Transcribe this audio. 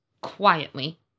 quietly